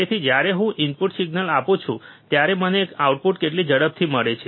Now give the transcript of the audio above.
તેથી જ્યારે હું ઇનપુટ સિગ્નલ આપું છું ત્યારે મને આઉટપુટ કેટલી ઝડપથી મળે છે